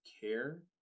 care